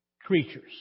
creatures